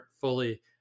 fully